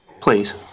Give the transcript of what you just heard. Please